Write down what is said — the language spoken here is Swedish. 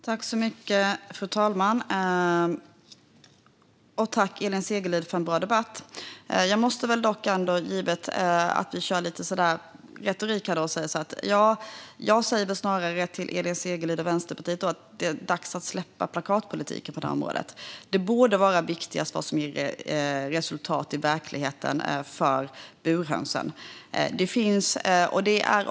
Fru talman! Tack, Elin Segerlind, för en bra debatt! Givet retoriken måste jag för min del säga till Vänsterpartiet och Elin Segerlind att det är dags att släppa plakatpolitiken på området. Det som ger resultat i verkligheten för burhönsen borde vara det viktigaste.